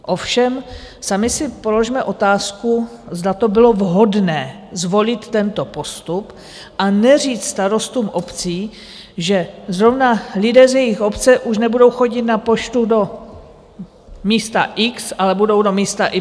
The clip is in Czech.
Ovšem sami si položme otázku, zda to bylo vhodné zvolit tento postup a neříct starostům obcí, že zrovna lidé z jejich obce už nebudou chodit na poštu do místa X, ale budou do místa Y.